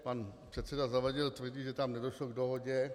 Pan předseda Zavadil tvrdí, že tam nedošlo k dohodě.